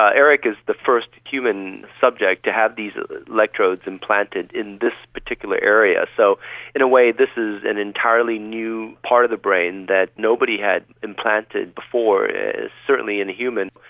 ah erik is the first human subject to have these electrodes implanted in this particular area. so in a way this is an entirely new part of the brain that nobody had implanted before, certainly in humans.